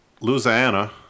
Louisiana